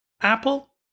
Apple